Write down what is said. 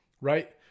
right